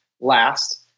last